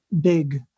big